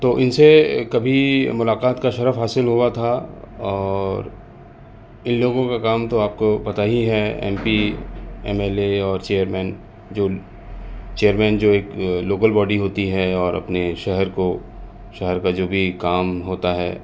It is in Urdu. تو ان سے کبھی ملاقات کا شرف حاصل ہوا تھا اور ان لوگوں کا کام تو آپ کو پتا ہی ہے M P M L A اور چیئر مین جو چیئر مین جو ایک لوکل باڈی ہوتی ہے اور اپنے شہر کو شہر کا جو بھی کام ہوتا ہے